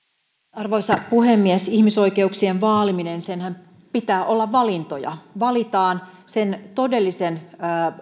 arvoisa puhemies ihmisoikeuksien vaalimisenhan pitää olla valintoja valitaan sen todellisen